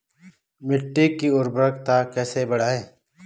मिट्टी की उर्वरकता कैसे बढ़ायें?